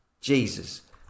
Jesus